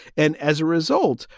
and as a result,